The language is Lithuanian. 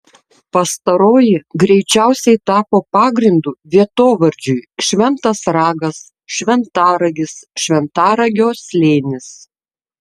pastaroji greičiausiai tapo pagrindu vietovardžiui šventas ragas šventaragis šventaragio slėnis